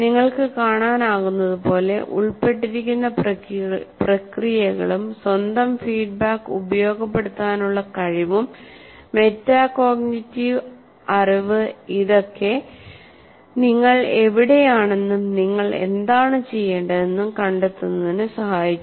നിങ്ങൾക്ക് കാണാനാകുന്നതുപോലെ ഉൾപ്പെട്ടിരിക്കുന്ന പ്രക്രിയകളും സ്വന്തം ഫീഡ്ബാക്ക് ഉപയോഗപ്പെടുത്താനുള്ള കഴിവും മെറ്റാ കോഗ്നിറ്റീവ് അറിവ് ഇതൊക്കെ നിങ്ങൾ എവിടെയാണെന്നും നിങ്ങൾ എന്താണ് ചെയ്യേണ്ടതെന്നും കണ്ടെത്തുന്നതിന് സഹായിക്കുന്നു